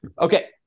okay